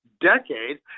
decades